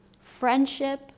friendship